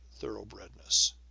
thoroughbredness